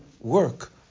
work